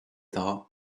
thought